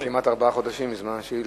כמעט ארבעה חודשים עברו מזמן הגשת השאילתא.